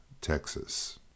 Texas